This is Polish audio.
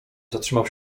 zatrzymał